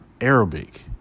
Arabic